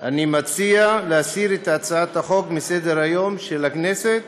אני מציע להסיר אותה מסדר-היום של הכנסת.